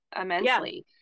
immensely